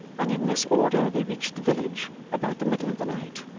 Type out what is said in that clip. and in this order they reached the village about the middle of the night.